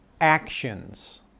actions